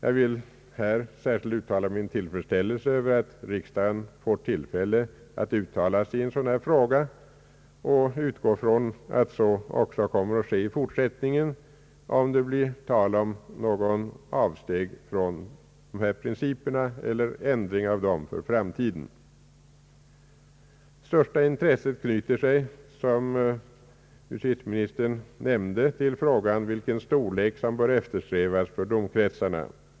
Jag vill här särskilt uttrycka min tillfredsställelse över att riksdagen får tillfälle att uttala sig i en sådan här fråga, och jag utgår från att så också kommer att ske i framtiden, om det i fortsättningen blir tal om något avsteg från dessa principer eller någon ändring av dem. Största intresset knyter sig — som justitieministern nämnde — till frågan om vilken storlek som bör eftersträvas för domkretsarna.